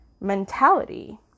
mentality